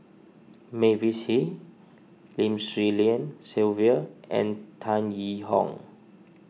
Mavis Hee Lim Swee Lian Sylvia and Tan Yee Hong